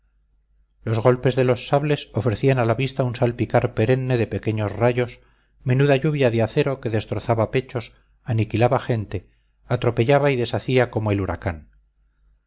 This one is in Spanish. los golpes de los sables ofrecían a la vista un salpicar perenne de pequeños rayos menuda lluvia de acero que destrozaba pechos aniquilaba gente atropellaba y deshacía como el huracán